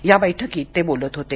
याबैठकीत ते बोलत होते